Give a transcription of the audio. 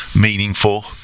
meaningful